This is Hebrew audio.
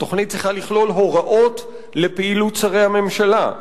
התוכנית צריכה לכלול הוראות לפעילות שרי הממשלה,